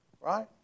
Right